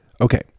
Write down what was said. Okay